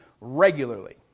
regularly